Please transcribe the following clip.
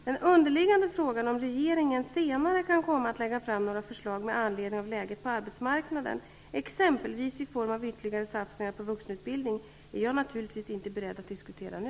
Den underliggande frågan om regeringen senare kan komma att lägga fram några föslag med anledning av läget på arbetsmarknaden, exempelvis i form av ytterligare satsningar på vuxenutbildning, är jag naturligtvis inte beredd att diskutera nu.